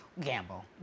Gamble